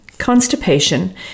constipation